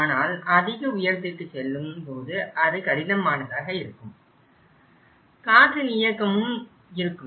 ஆனால் அதிக உயரத்திற்குச் செல்லும்போது அது கடினமானதாக இருக்கும் காற்றின் இயக்கமும் இருக்கும்